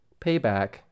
payback